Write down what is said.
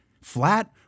flat